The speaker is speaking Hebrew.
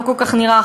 לא כל כך נראה,